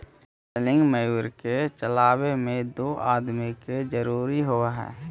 spinning mule के चलावे में दो आदमी के जरुरी होवऽ हई